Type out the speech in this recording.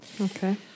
Okay